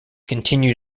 continue